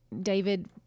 David